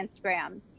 Instagram